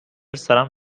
سرم